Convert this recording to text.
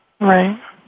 right